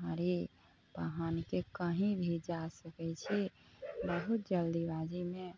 साड़ी पहनके कहीं भी जा सकै छी बहुत जल्दीबाजीमे